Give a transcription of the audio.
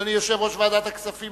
אדוני יושב-ראש ועדת הכספים,